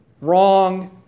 wrong